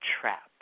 trap